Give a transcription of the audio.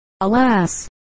Alas